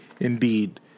Indeed